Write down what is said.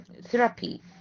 therapy